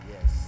yes